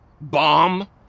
bomb